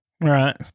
Right